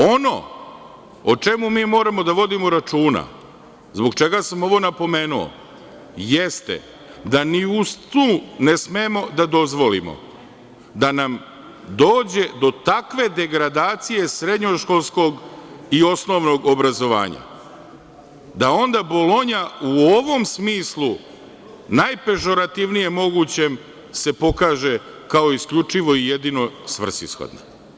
Ono o čemu mi moramo da vodimo računa, zbog čega sam ovo napomenuo, jeste da ni u snu ne smemo da dozvolimo da nam dođe do takve degradacije srednjoškolskog i osnovnog obrazovanja, da onda Bolonja u ovom smislu najpežorativnije mogućem se pokaže kao isključivo i jedino svrsishodna.